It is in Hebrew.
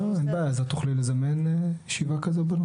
אין בעיה, אז את תוכלי לזמן ישיבה כזו בנושא?